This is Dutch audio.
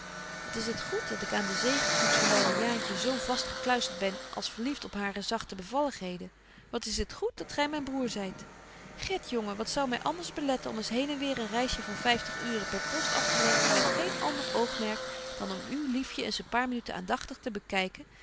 wat is het goed dat ik aan de zegekoets van myne jaantje zo vast gekluistert ben als verlieft op hare zagte bevalligheden wat is het goed dat gy myn broêr zyt get jongen wat zou my anders beletten om eens heenenweer een reisje van vyftig uuren per post afteleggen met geen ander oogmerk dan om uw liefje eens een paar minuten aandagtig te bekyken